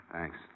Thanks